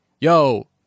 yo